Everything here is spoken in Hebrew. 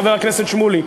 חבר הכנסת שמולי,